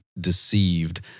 Deceived